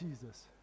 Jesus